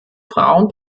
frauen